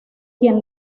quien